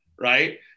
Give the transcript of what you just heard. Right